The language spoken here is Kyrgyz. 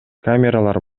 камералар